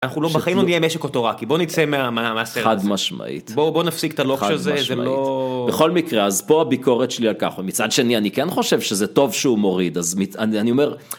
אנחנו לא בחיים לא נהיה משק אוטרקי. רק בוא נצא מהסרט הזה. חד משמעית. בוא בוא נפסיק את הלוקש. שזה זה לא בכל מקרה, אז פה ביקורת שלי על ככה מצד שני אני כן חושב שזה טוב שהוא מוריד אז אני אומר.